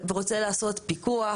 רוצה לעשות פיקוח,